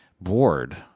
bored